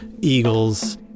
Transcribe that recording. eagles